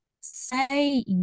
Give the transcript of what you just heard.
say